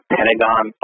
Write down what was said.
Pentagon